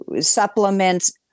supplements